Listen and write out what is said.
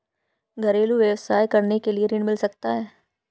घरेलू व्यवसाय करने के लिए ऋण मिल सकता है?